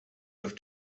have